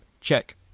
check